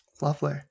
Lovely